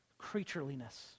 creatureliness